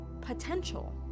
potential